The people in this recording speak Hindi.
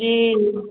जी